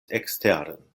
eksteren